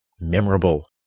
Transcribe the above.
memorable